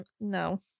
No